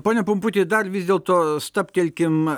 pone pumputi dar vis dėlto stabtelkim